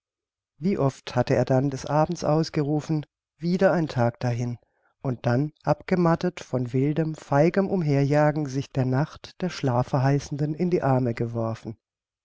wie oft hatte er dann des abends ausgerufen wieder ein tag dahin und dann abgemattet von wildem feigem umherjagen sich der nacht der schlafverheißenden in die arme geworfen